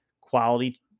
quality